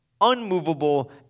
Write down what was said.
unmovable